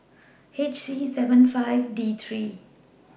H C seventy five D three